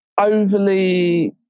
overly